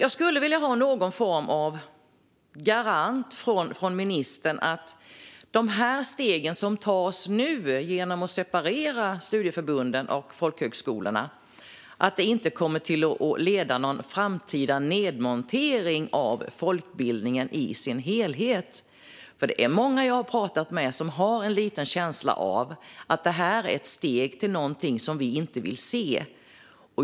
Jag skulle vilja ha någon form av garanti från ministern att de steg som nu tas genom att separera studieförbunden från folkhögskolorna inte kommer att leda till någon framtida nedmontering av folkbildningen i dess helhet. Jag har pratat med många som har en liten känsla av att det här är ett steg mot någonting som vi inte vill se.